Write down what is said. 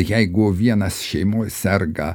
jeigu vienas šeimoj serga